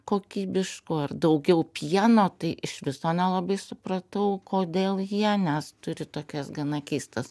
kokybiško ar daugiau pieno tai iš viso nelabai supratau kodėl jie nes turi tokias gana keistas